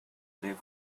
live